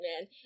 man